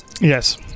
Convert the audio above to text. yes